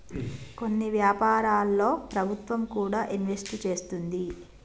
కొన్ని వ్యాపారాల్లో ప్రభుత్వం కూడా ఇన్వెస్ట్ చేస్తుంది